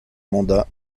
mandat